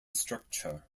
structure